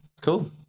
cool